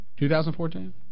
2014